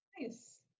Nice